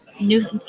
new